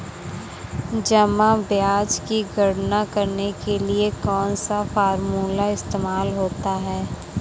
जमा ब्याज की गणना करने के लिए कौनसा फॉर्मूला इस्तेमाल होता है?